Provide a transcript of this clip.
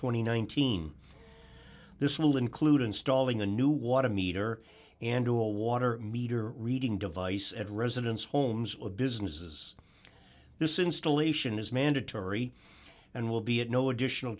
and nineteen this will include installing a new water meter and a water meter reading device at residents homes businesses this installation is mandatory and will be at no additional